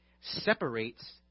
separates